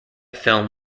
film